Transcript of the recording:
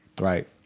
right